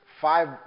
Five